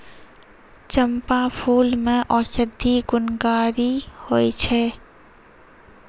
चंपा फूल मे औषधि गुणकारी होय छै